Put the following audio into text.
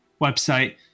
website